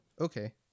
Okay